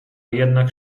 jednak